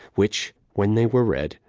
which, when they were read,